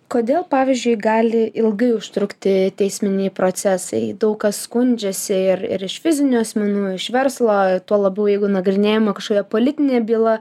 kodėl pavyzdžiui gali ilgai užtrukti teisminiai procesai daug kas skundžiasi ir ir iš fizinių asmenų iš verslo tuo labiau jeigu nagrinėjama kažkokia politinė byla